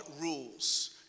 rules